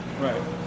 Right